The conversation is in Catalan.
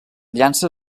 llança